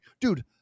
dude